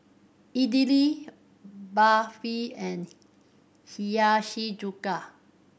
Idili Barfi and Hiyashi Chuka